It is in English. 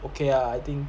okay ah I think